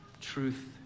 Truth